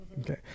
Okay